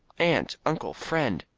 aunt, uncle, friend,